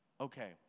Okay